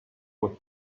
with